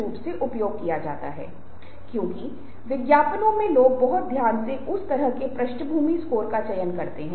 आपको वार्तालाप नियंत्रण के लिए सुनना होगा मेरे कहने का मतलब यह है कि बहुत बार हम बात करने के लिए अधीर होते हैं हम बोलने के लिए अधीर होते हैं